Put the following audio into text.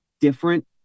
different